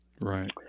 Right